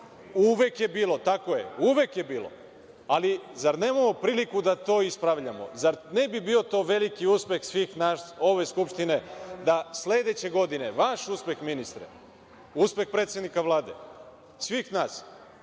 je bilo, tako je. Uvek je bilo, ali zar nemamo priliku da to ispravljamo? Zar to ne bi bio veliki uspeh svih nas, ove Skupštine da sledeće godine, vaš uspeh ministre, uspeh predsednika Vlade, svih nas,